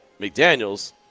McDaniels